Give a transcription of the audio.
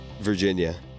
Virginia